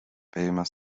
famous